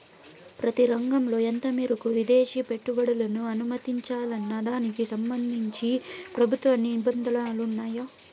ప్రతి రంగంలో ఎంత మేరకు విదేశీ పెట్టుబడులను అనుమతించాలన్న దానికి సంబంధించి ప్రభుత్వ నిబంధనలు ఉన్నాయా?